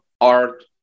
art